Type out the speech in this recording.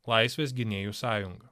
laisvės gynėjų sąjungą